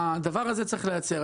הדבר הזה צריך להיעצר.